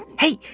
hey,